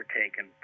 taken